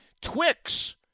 Twix